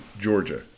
Georgia